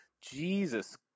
Jesus